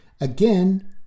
Again